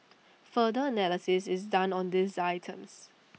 further analysis is done on these items